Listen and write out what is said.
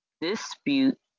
dispute